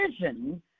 vision